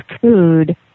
food